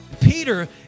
Peter